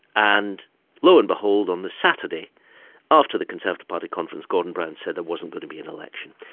and lo and behold on the saturday after the conservative party conference, gordon brown said there wasn't going to be an election.